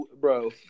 bro